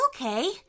Okay